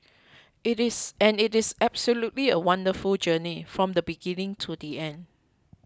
it is and it is absolutely a wonderful journey from the beginning to the end